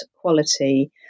quality